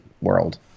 world